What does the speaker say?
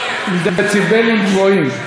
עם דציבלים גבוהים.